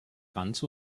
ganz